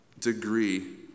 degree